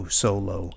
solo